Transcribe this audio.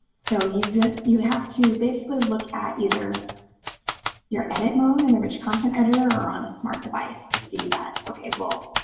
so you you have to basically look at either your edit mode in the rich content editor or on a smart device to see that, okay, well,